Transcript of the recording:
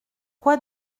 quoi